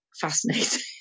fascinating